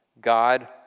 God